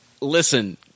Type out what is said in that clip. Listen